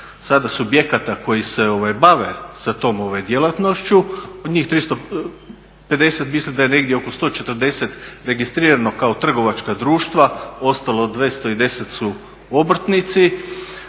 sada subjekata koji se bave sa tom djelatnošću. Njih 350 mislim da je negdje oko 140 registrirano kao trgovačka društva, ostalo 210 su obrtnici.